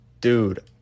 Dude